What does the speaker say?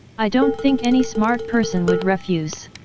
i don't think any smart person would refuse!